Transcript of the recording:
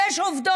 עכשיו יש עובדות.